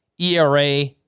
ERA